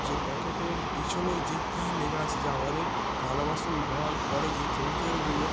যে প্যাকেটের পিছনে যে কী লেখা আছে যে আমাদের থালাবাসন ধোওয়ার পরে যেই কেমিক্যালগুলো